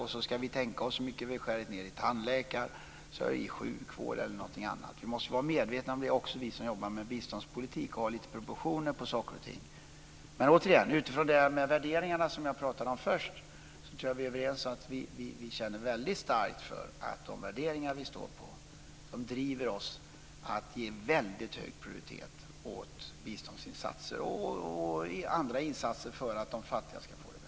Sedan får vi tänka oss för hur mycket vi skär ned i tandvården, i sjukvården osv. Vi som jobbar med biståndspolitik måste ju vara medvetna om det. Vi måste ha proportioner på saker och ting. Återigen: Utifrån de värderingar som jag talade om tidigare tror jag att vi är överens om att vi känner väldigt starkt för de värderingar som vi står för. De driver oss att ge väldigt hög prioritet åt biståndsinsatser och andra insatser för att de fattiga ska få det bättre.